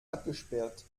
abgesperrt